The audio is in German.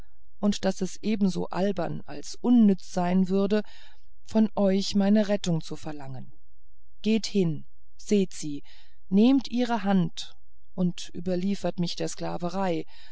und daß es ebenso albern als unnütz sein würde von euch meine rettung zu verlangen geht hin seht sie nehmt ihre hand überliefert mich der sklaverei